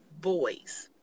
boys